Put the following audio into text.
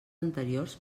anteriors